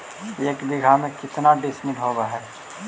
एक बीघा में केतना डिसिमिल होव हइ?